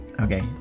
okay